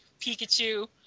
Pikachu